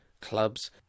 clubs